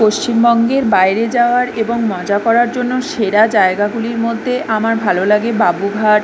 পশ্চিমবঙ্গের বাইরে যাওয়ার এবং মজা করার জন্য সেরা জায়গাগুলির মধ্যে আমার ভালো লাগে বাবুঘাট